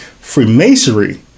Freemasonry